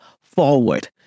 forward